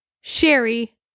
Sherry